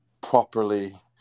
properly